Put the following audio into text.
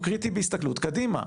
הוא קריטי בהסתכלות קדימה.